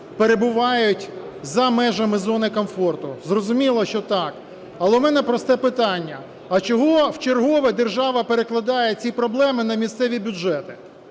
перебувають за межами зони комфорту? Зрозуміло, що так. Але у мене просте питання: а чого вчергове держава перекладає ці проблеми на місцеві бюджети?